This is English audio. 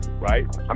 Right